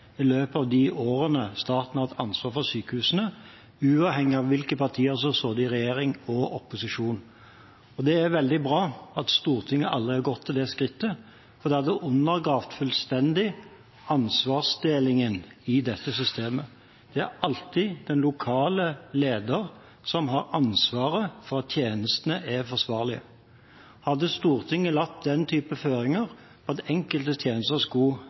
i løpet av de årene staten har hatt ansvar for sykehusene, uavhengig av hvilke partier som har sittet i regjering og opposisjon. Det er veldig bra at Stortinget aldri har gått til det skrittet, for det hadde undergravd fullstendig ansvarsdelingen i dette systemet. Det er alltid den lokale lederen som har ansvaret for at tjenestene er forsvarlige. Hadde Stortinget lagt den type føringer, at enkelte tjenester skulle